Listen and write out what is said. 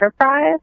enterprise